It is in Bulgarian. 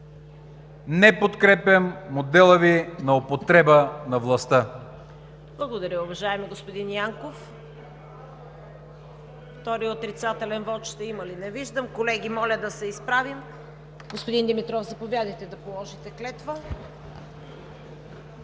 Не подкрепям модела Ви на употреба на властта.